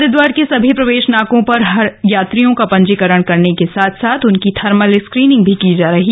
हरिद्वार के सभी प्रवेश नाको पर यात्रियों का पंजीकरण करने के साथ साथ उनकी थर्मल स्क्रीनिंग भी की गई